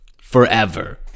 forever